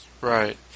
Right